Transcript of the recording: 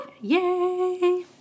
Yay